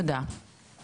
לגבי